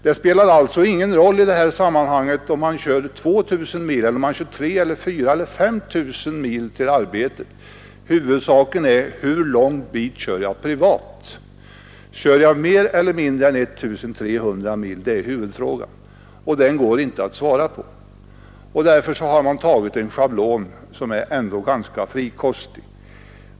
Det spelar alltså i detta sammanhang ingen roll, om man kör 2 000, 3 000, 4 000 eller 5 000 mil till och från arbetet. Huvudfrågan är hur lång sträcka man kör privat — om man kör mer eller mindre än 1 300 mil. Det är en fråga som det inte går att bestämt svara på. Därför har riksdagen antagit en schablon, som ändå är ganska frikostig.